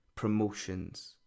promotions